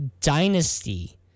dynasty